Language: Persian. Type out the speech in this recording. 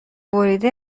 بریده